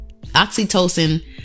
oxytocin